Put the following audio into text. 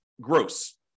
gross